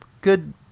good